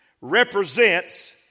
represents